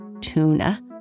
tuna